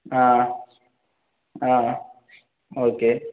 ஆ ஆ ஓகே